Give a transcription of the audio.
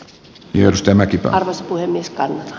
jos teemme kikka ole mistään